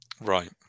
Right